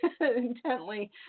intently